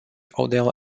odell